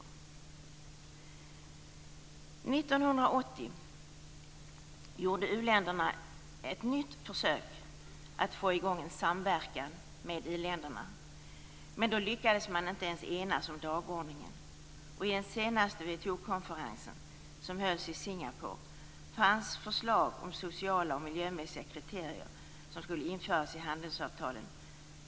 År 1980 gjorde u-länderna ett nytt försök att få i gång en samverkan med i-länderna, men då lyckades man inte ens enas om dagordningen. Vid den senaste WTO-konferensen, som hölls i Singapore, fanns förslag om att sociala och miljömässiga kriterier skulle införas i handelsavtalen.